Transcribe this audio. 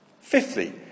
Fifthly